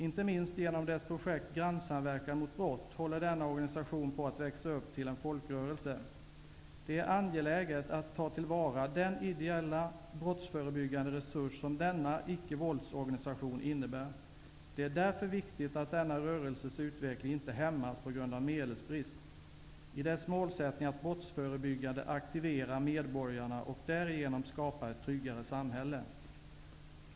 Inte minst genom sitt projekt ''Grannsamverkan mot brott'' håller denna organisation på att växa upp till en folkrörelse. Det är angeläget att ta till vara den ideella brottsförebyggande resurs som denna ickevåldsorganisation innebär. Det är därför viktigt att denna rörelses utveckling inte hämmas på grund av medelsbrist i sin målsättning att brottsförebyggande aktivera medborgarna och därigenom skapa ett tryggare samhälle.